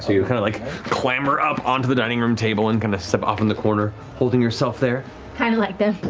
you kind of like clamor up onto the dining room table and kind of step off in the corner holding yourself there. laura kind of like this.